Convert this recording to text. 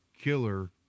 killer